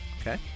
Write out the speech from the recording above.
Okay